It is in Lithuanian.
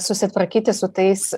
susitvarkyti su tais